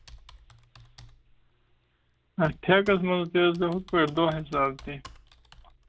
اَدٕ ٹھیکَس منٛز تہِ حظ تہٕ یِتھٕ پٲٹھۍ دۄہ حساب تہِ